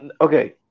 okay